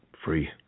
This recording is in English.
Free